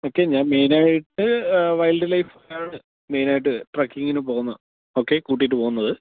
okay ഞാൻ മേയ്നായിട്ട് wild life ആണ് മേയ്നായിട്ട് ട്രെക്കിങ്ങിന് പോകുന്നത് ഓക്കേ കൂട്ടിയിട്ട് പോകുന്നത്